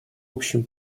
общим